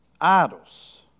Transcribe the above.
Idols